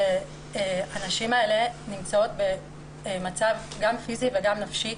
שהנשים האלה נמצאות במצב פיזי ונפשי